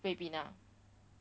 ribena